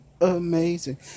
Amazing